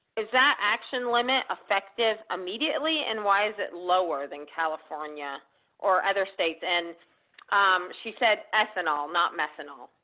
is that action limit effective immediately and why is it lower than california or other states? and she said ethanol not methanol.